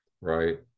right